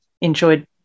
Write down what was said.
enjoyed